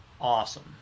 awesome